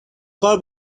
کار